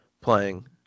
playing